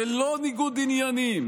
ללא ניגוד עניינים